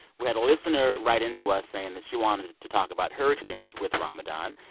we had a listener write into us, saying that she wanted to talk about her experience with ramadan.